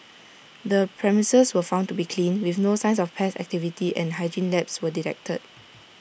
the premises was found to be clean with no signs of pest activity and hygiene lapse were detected